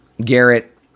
Garrett